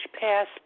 passed